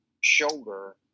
shoulder